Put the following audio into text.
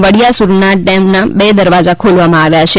વડિયા સુરળો ડેના બે દરવાજા ખોલવામાં આવ્યા છે